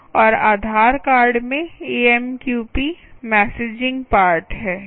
और आधार कार्ड में AMQP messaging part है